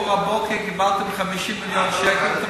באור הבוקר קיבלתם 50 מיליון שקל.